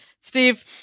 Steve